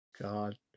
God